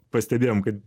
pastebėjom kad